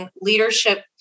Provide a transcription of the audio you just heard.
leadership